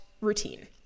routine